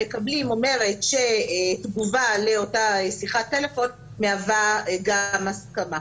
מקבלים אומרת שתגובה לאותה שיחת טלפון מהווה גם הסכמה.